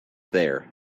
there